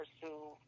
pursue